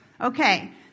Okay